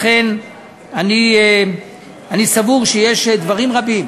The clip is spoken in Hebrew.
אני סבור שיש דברים רבים